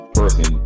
person